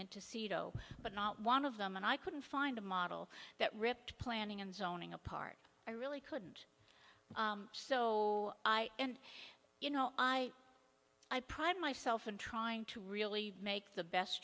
seato but not one of them and i couldn't find a model that ripped planning and zoning apart i really couldn't so i and you know i i pride myself in trying to really make the best